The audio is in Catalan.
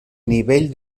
nivell